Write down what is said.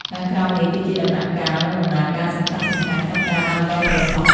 ខាងក្រោមនេះគឺជាដំណាក់កាល និងដំណើរការសំខាន់ៗក្នុងការដាំដុះត្រសក់។